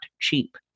cheap